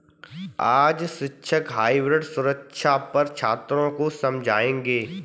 आज शिक्षक हाइब्रिड सुरक्षा पर छात्रों को समझाएँगे